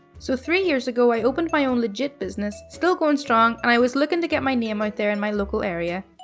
so three years ago i opened my own legit business, still going strong, and i was looking to get my name out there in my local area.